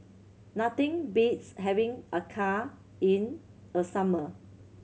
nothing beats having acar in a summer